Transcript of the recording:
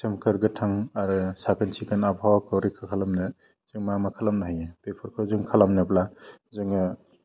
सोमखोर गोथां आरो साखोन सिखोन आबहावाखौ रैखा खालामनो जों मा मा खालामनो हायो बेफोरखौ जों खालामनोब्ला जोङो